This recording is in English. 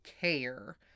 care